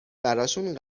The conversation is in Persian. براشون